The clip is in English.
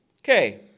Okay